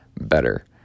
better